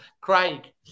Craig